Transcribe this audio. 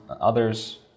others